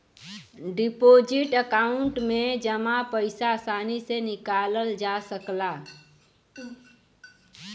deposit account में जमा पइसा आसानी से निकालल जा सकला